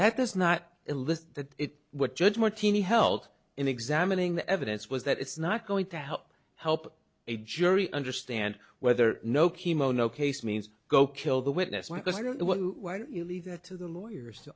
that does not elicit that it what judge martini held in examining the evidence was that it's not going to help help a jury understand weather no chemo no case means go kill the witness why because i don't know what why don't you leave it to the lawyers